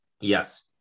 Yes